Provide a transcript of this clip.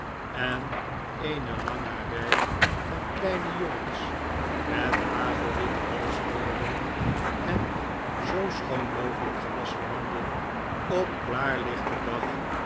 en eene lange rij van kleine jongens met hagelwitte halsboorden en zoo schoon mogeltjk gewasschen handen op klaarlichten dag